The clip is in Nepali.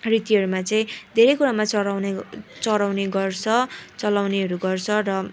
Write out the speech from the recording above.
रीतिहरूमा चाहिँ धेरै कुरामा चढाउने चढाउने गर्छ चलाउनेहरू गर्छ र